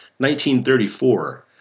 1934